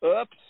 Oops